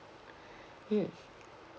mm